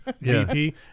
VP